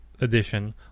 edition